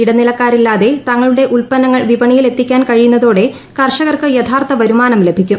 ഇടനിലക്കാരില്ലാതെ തങ്ങളുടെ ഉൽപ്പന്നങ്ങൾ വിപണിയിൽ എത്തിക്കാൻ കഴിയുന്നതോടെ കർഷകർക്ക് യഥാർത്ഥ വരുമാനം ലഭിക്കും